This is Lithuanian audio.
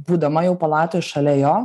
būdama jau palatoj šalia jo